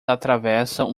atravessam